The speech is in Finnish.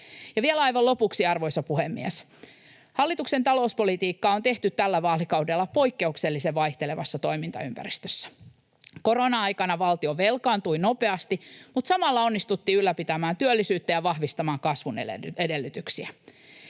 Ja vielä aivan lopuksi, arvoisa puhemies! Hallituksen talouspolitiikkaa on tehty tällä vaalikaudella poikkeuksellisen vaihtelevassa toimintaympäristössä. Korona-aikana valtio velkaantui nopeasti, mutta samalla onnistuttiin ylläpitämään työllisyyttä ja vahvistamaan kasvun edellytyksiä.